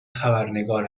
خبرنگار